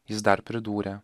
jis dar pridūrė